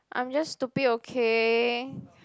I'm just stupid okay